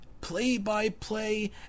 play-by-play